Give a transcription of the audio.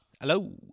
Hello